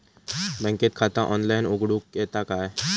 बँकेत खाता ऑनलाइन उघडूक येता काय?